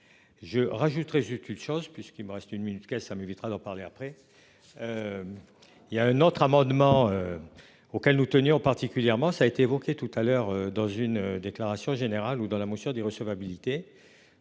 Je rajouterais juste une chose puisqu'il me reste une minute. Quel ça m'évitera d'en parler après. Il y a un autre amendement. Auquel nous tenions particulièrement ça a été évoqué tout à l'heure dans une déclaration générale ou dans la motion des recevabilité.